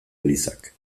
elizak